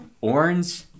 orange